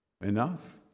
enough